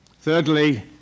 Thirdly